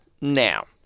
Now